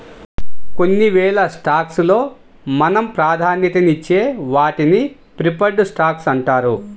కొన్ని వేల స్టాక్స్ లో మనం ప్రాధాన్యతనిచ్చే వాటిని ప్రిఫర్డ్ స్టాక్స్ అంటారు